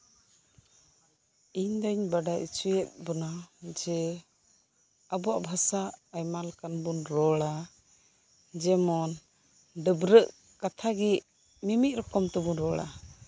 ᱤᱧ ᱫᱩᱧ ᱵᱟᱰᱟᱭ ᱚᱪᱩᱭᱮᱫ ᱵᱚᱱᱟ ᱡᱮ ᱟᱵᱚᱣᱟᱜ ᱵᱷᱟᱥᱟ ᱟᱭᱢᱟ ᱞᱮᱠᱟᱱ ᱵᱚᱱ ᱨᱚᱲᱟ ᱡᱮᱢᱚᱱ ᱰᱟᱹᱵᱽᱨᱟᱹᱜ ᱠᱟᱛᱷᱟ ᱜᱮ ᱢᱤᱢᱤᱫ ᱨᱚᱠᱚᱢ ᱛᱮᱵᱚᱱ ᱨᱚᱲᱟ